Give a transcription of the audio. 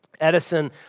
Edison